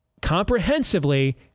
comprehensively